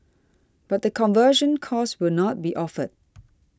but the conversion course will not be offered